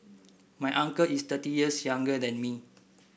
my uncle is thirty years younger than me